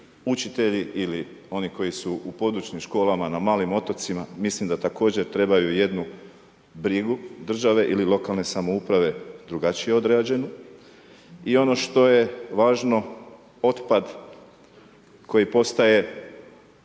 učitelji ili oni koji su u područnim školama na malim otocima, mislim da također trebaju jednu brigu države ili lokalne samouprave drugačije odrađenu. I ono što je važno, otpad koji postaje